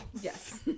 Yes